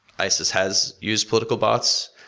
isis has used political bots,